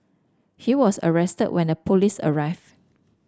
he was arrested when the police arrived